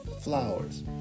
flowers